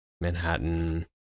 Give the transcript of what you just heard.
manhattan